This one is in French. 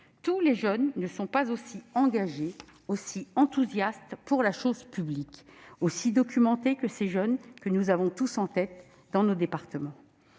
jeunes. Tous ne sont pas aussi engagés, aussi enthousiastes pour la chose publique, aussi documentés que ceux auxquels nous pensons tous, dans nos départements.